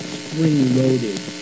spring-loaded